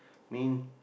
mean